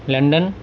London